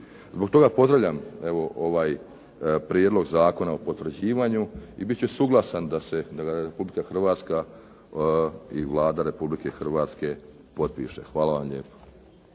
Zbog toga pozdravljam evo ovaj Prijedlog zakona o potvrđivanju i bit ću suglasan da ga Republika Hrvatska i Vlada Republike Hrvatske potpiše. Hvala vam lijepo.